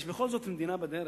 יש בכל זאת מדינה בדרך,